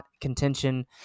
contention